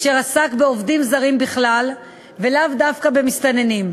אשר עסק בעובדים זרים בכלל ולאו דווקא במסתננים.